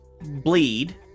bleed